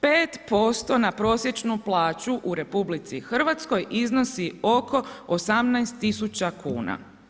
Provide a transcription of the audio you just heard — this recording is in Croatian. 5% na prosječnu plaću u RH iznosi oko 18 tisuća kuna.